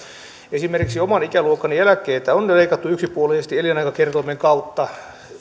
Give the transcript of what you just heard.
esimerkiksi oman ikäluokkani eläkkeitä on leikattu yksipuolisesti elinaikakertoimen kautta